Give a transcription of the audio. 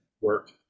work